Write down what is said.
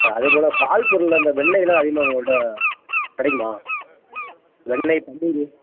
sir அதே போல் பால் பொருளில் இந்த வெண்ணையெலாம் அதிகமாக உங்கள்கிட்ட கிடைக்குமா வெண்ணைய் பன்னீர்